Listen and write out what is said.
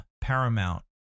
Paramount